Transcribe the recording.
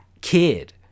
kid